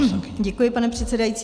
Děkuji, pane předsedající.